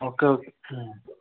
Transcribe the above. okay okay um